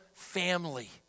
family